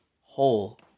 whole